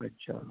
अच्छा